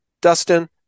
Dustin